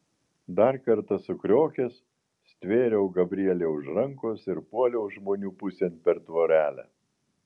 dar kartą sukriokęs stvėriau gabrielę už rankos ir puoliau žmonių pusėn per tvorelę